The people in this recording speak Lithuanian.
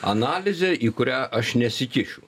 analizė į kurią aš nesikišiu